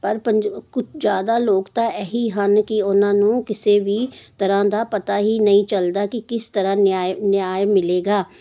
ਪਰ ਪੰਜ ਕੁਝ ਜ਼ਿਆਦਾ ਲੋਕ ਤਾਂ ਇਹੀ ਹਨ ਕਿ ਉਹਨਾਂ ਨੂੰ ਕਿਸੇ ਵੀ ਤਰ੍ਹਾਂ ਦਾ ਪਤਾ ਹੀ ਨਹੀਂ ਚੱਲਦਾ ਕਿ ਕਿਸ ਤਰ੍ਹਾਂ ਨਿਆ ਨਿਆ ਮਿਲੇਗਾ